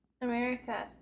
America